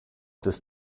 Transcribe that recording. des